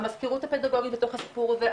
המזכירות הפדגוגית בתוך הסיפור הזה.